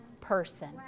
person